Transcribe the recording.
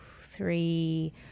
three